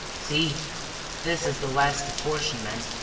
see this is the last apportionment.